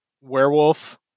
werewolf